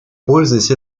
пользуясь